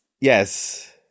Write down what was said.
Yes